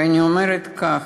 ואני אומרת כך: